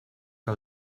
que